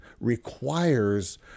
requires